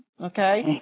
Okay